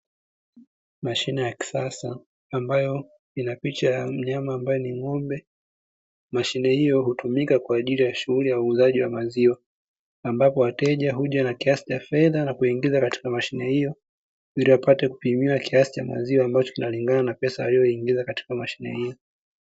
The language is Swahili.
Mashine ya kisasa, ambayo ina picha ya mnyama ambaye ni ng'ombe. Mashine hiyo hutumika kwa ajili ya shughuli ya uuzaji wa maziwa, ambapo wateja huja na kiasi cha fedha na kuingiza katika mashine hiyo, ili apate kupimiwa kiasi cha maziwa ambacho kinalingana na kiasi cha pesa alichoingiza katika mashine hiyo.